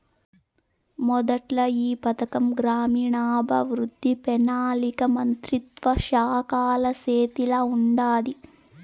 మొదట్ల ఈ పథకం గ్రామీణాభవృద్ధి, పెనాలికా మంత్రిత్వ శాఖల సేతిల ఉండాది